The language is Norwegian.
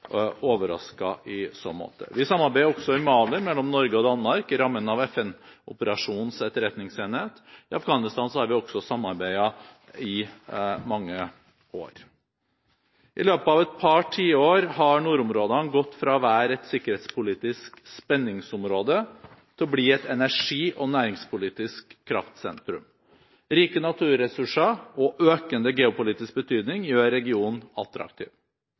i så måte. I Mali samarbeider Norge og Danmark i rammen av FN-operasjonens etterretningsenhet. I Afghanistan har vi også samarbeidet i mange år. I løpet av et par tiår har nordområdene gått fra å være et sikkerhetspolitisk spenningsområde til å bli et energi- og næringspolitisk kraftsentrum. Rike naturressurser og økende geopolitisk betydning gjør regionen attraktiv.